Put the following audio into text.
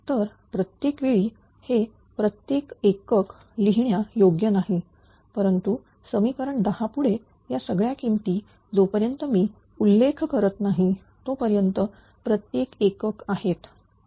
तर प्रत्येक वेळी हे प्रत्येक एकक लिहिण्या योग्य नाही परंतु समीकरण 10 पुढे या सगळ्या किमती जोपर्यंत मी उल्लेख करत नाही तोपर्यंत प्रत्येक एकक आहेत